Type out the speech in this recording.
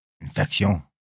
Infection